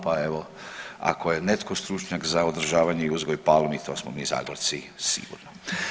Pa evo ako je netko stručnjak za održavanje i uzgoj palmi to smo mi Zagorci sigurno.